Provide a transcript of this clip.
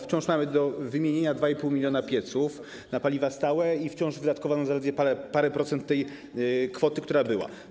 Wciąż mamy do wymienienia 2,5 mln pieców na paliwa stałe i wciąż wydatkowano zaledwie parę procent tej kwoty, która była.